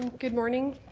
good morning.